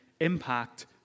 impact